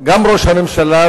גם ראש הממשלה,